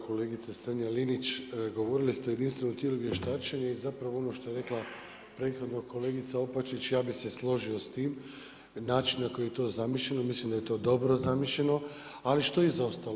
Kolegice Strenja Linić govorili ste o jedinstvenom tijelu vještačenja i zapravo ono što je rekla prethodno kolegica Opačić, ja bi se složio s tim i način na koji je to zamišljeno, mislim da je to dobro zamišljeno, ali što je izostalo?